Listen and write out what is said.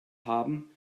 haben